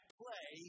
play